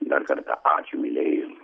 dar kartą ačiū mielieji